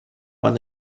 want